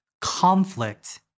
conflict